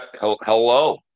Hello